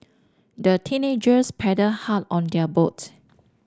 the teenagers paddled hard on their boat